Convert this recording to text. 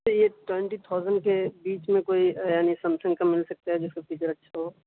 یہ twenty thousand جو ہے بیچ میں کوئی یعنی سمسمنگ کا مل سکتا ہے جس کا فیچر اچھا ہو